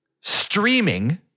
Streaming